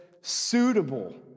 Suitable